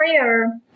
prayer